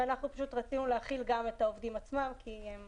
ואנחנו רצינו להחיל גם את העובדים עצמם כי הם